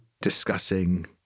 discussing